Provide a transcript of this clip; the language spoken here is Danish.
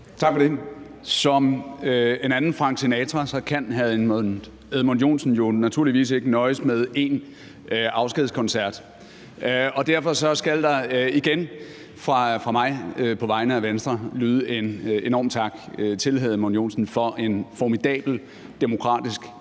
Som en anden Frank Sinatra kan hr. Edmund Joensen jo naturligvis ikke nøjes med én afskedskoncert, og derfor skal der igen fra mig på vegne af Venstre lyde en enorm tak til hr. Edmund Joensen for en formidabel demokratisk